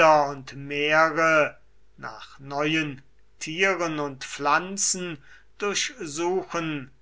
und meere nach neuen tieren und pflanzen durchsuchen